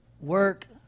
Work